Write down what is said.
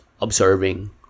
observing